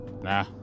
Nah